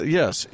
yes